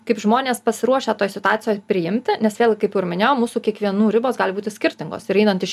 kaip žmonės pasiruošę toj situacijoj priimti nes vėl kaip ir minėjau mūsų kiekvienų ribos gali būti skirtingos ir einant iš